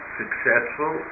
successful